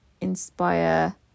inspire